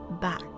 back